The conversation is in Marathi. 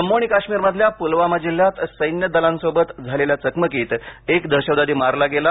जम्मू आणि काश्मीर मधल्या पुलवामा जिल्ह्यात सैन्य दलांसोबत झालेल्या चकमकीत एक दहशतवादी मारला गेला